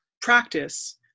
practice